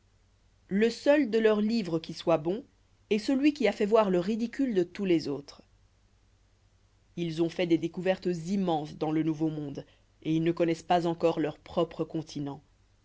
le seul de leurs livres qui soit bon est celui qui a fait voir le ridicule de tous les autres ils ont fait des découvertes immenses dans le nouveau monde et ils ne connoissent pas encore leur propre continent